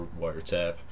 wiretap